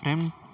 French